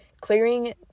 clearing